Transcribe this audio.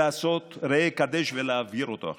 לעשות "ראה וקדש" ולהעביר אותו עכשיו.